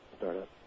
startup